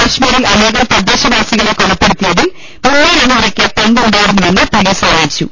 കശ്മീരിൽ അനേകം തദ്ദേശവാസി കളെ കൊലപ്പെടുത്തിയതിൽ മുന്നലാഹോരിയ്ക്ക് പങ്കുണ്ടായിരുന്നുവെന്ന് പൊലീസ് അറിയിച്ചു